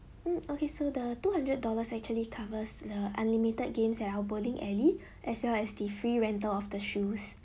hmm okay so the two hundred dollars actually covers the unlimited games at our bowling alley as well as the free rental of the shoes